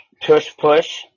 tush-push